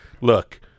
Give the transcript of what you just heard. look